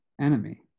enemy